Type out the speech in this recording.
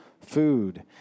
food